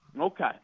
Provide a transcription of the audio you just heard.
Okay